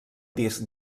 disc